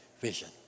vision